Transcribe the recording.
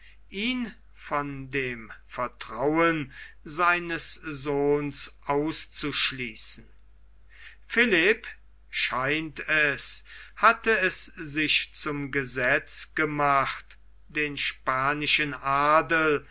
ihn von dem vertrauen seines sohnes auszuschließen philipp scheint es hatte es sich zum gesetz gemacht den spanischen adel